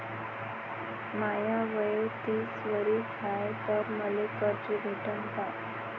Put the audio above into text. माय वय तीस वरीस हाय तर मले कर्ज भेटन का?